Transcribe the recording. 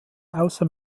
außer